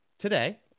today